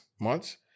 Months